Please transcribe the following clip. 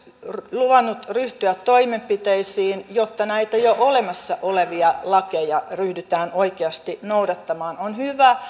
luvannut ryhtyä toimenpiteisiin jotta näitä jo olemassa olevia lakeja ryhdytään oikeasti noudattamaan on hyvä